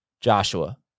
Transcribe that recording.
Joshua